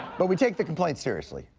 but we take the complaint seriously.